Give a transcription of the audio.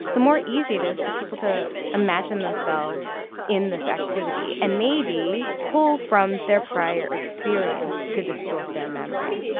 the more easy it is for people to imagine themselves in this activity and maybe pull from their prior experience to distort their memory.